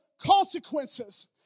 consequences